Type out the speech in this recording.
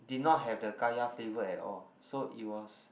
did not have the kaya flavor at all so it was